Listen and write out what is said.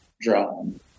drone